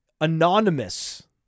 anonymous